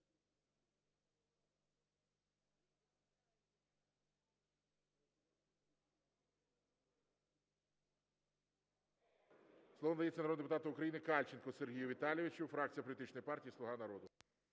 Слово надається народному депутату України Кальченку Сергію Віталійовичу, фракція політичної партії "Слуга народу".